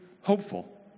hopeful